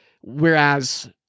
Whereas